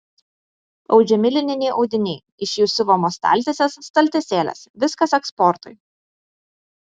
audžiami lininiai audiniai iš jų siuvamos staltiesės staltiesėlės viskas eksportui